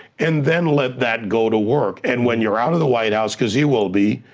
and then let that go to work, and when you're out of the white house, cause he will be,